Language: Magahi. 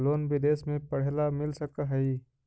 लोन विदेश में पढ़ेला मिल सक हइ?